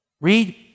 Read